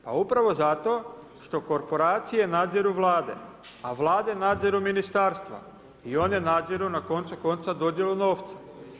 Pa upravo zato što korporacije nadziru vlade a vlade nadziru ministarstva i one nadziru na koncu konca dodjelu novca.